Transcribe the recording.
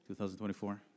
2024